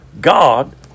God